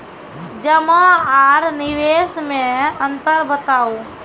जमा आर निवेश मे अन्तर बताऊ?